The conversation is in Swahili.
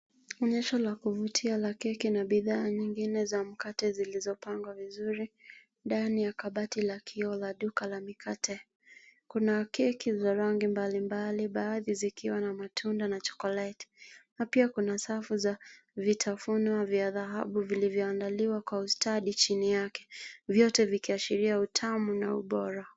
Onyesho la kuvutia la keki na bidhaa nyingine za mkate zilizopangwa vizuri ndani ya kabati la kioo la duka la mikate. Kuna keki za rangi mbalimbali baadhi zikiwa na matunda na chokoleti na pia kuna safu za vitafuno vya dhahabu vilivyoandaliwa kwa ustadi chini yake vyote vikiashiria utamu na ubora.